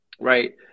right